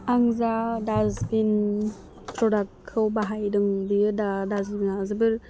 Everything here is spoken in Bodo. आं जा डास्टबिन प्रडाक्टखौ बाहायदों बेयो दा डास्टबिना जोबोर